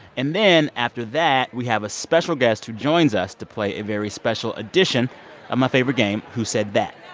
and then after that, we have a special guest who joins us to play a very special edition of ah my favorite game, who said that.